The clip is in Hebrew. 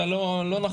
אתה לא נכחת,